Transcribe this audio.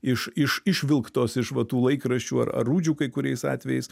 iš iš išvilktos iš va tų laikraščių ar ar rūdžių kai kuriais atvejais